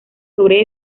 sobre